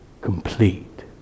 complete